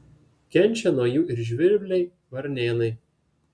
kenčia nuo jų ir žvirbliai varnėnai